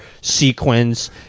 sequence